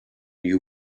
you